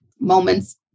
moments